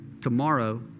tomorrow